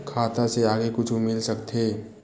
खाता से आगे कुछु मिल सकथे?